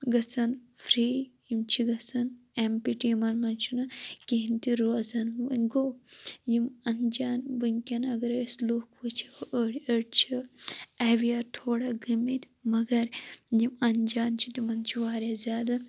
گَژھان فِری یِم چھِ گَژھان ایٚمٹی یِمَن منٛز چھُنہٕ کِہینۍ تہِ روزان وۄنۍ گوٚو یِم اَنجان ونکیٚن اَگَرے أسۍ لُکھ وُچھو أڑۍ أڑۍ چھِ ایٚوِیَر تھوڑا گٔمٕتۍ مَگَر یِم اَنجان چھِ تِمَن چھِ وارِیاہ زیادٕ